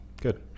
good